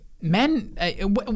Men –